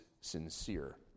sincere